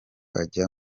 ajya